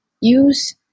use